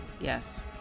Yes